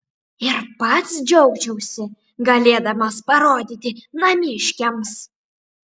ir pats džiaugčiausi galėdamas parodyti namiškiams